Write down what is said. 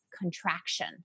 contraction